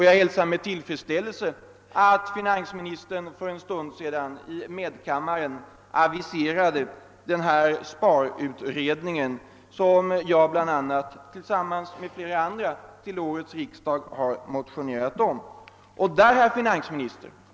Jag hälsar med tillfredsställelse att finansministern för en stund sedan i medkammaren aviserade denna sparutredning, som jag tillsammans med flera andra ledamöter motionerat om vid årets riksdag.